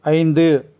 ஐந்து